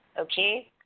Okay